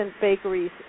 bakeries